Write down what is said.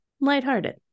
lighthearted